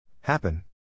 Happen